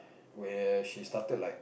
where she started like